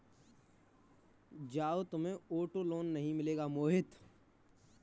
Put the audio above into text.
जाओ, तुम्हें auto loan नहीं मिलेगा मोहित